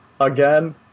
again